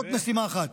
זאת משימה אחת.